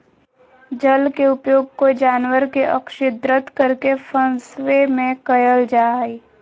जल के उपयोग कोय जानवर के अक्स्र्दित करके फंसवे में कयल जा हइ